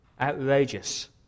Outrageous